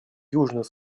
южный